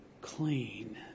clean